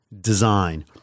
design